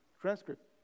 transcript